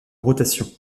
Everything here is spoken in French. rotation